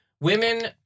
women